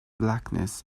blackness